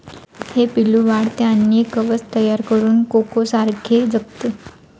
हे पिल्लू वाढते आणि कवच तयार करून कोकोसारखे जगते